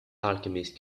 alchemist